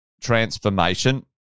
transformation